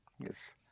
yes